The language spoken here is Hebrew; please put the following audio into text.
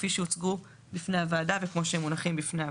כפי שהוצגו בפני הוועדה וכמו שהם מונחים בפני הוועדה.